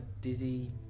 dizzy